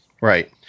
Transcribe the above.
Right